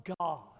God